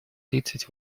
тридцать